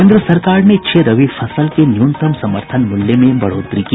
केन्द्र सरकार ने छह रबी फसल के न्यूनतम समर्थन मूल्य में बढ़ोतरी की